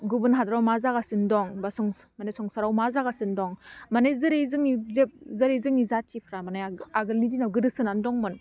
गुबुन हादोराव मा जागासिनो दं बा सं संसाराव मा जागासिनो दं माने जेरै जोंनि जोब जेरै जोंनि जातिफ्रा माने आगोलनि दिनाव गोदोसोनानै दंमोन